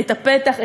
הפתח,